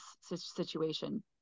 situation